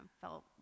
felt